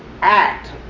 act